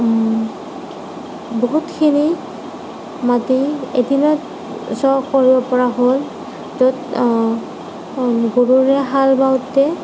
বহুতখিনি মাটি এদিনত চাহ কৰিব পৰা হ'ল য'ত গৰুৱে হাল বাওঁতে